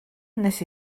nes